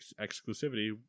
exclusivity